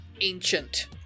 ancient